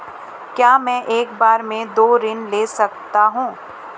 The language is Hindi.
क्या मैं एक बार में दो ऋण ले सकता हूँ?